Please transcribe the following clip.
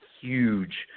huge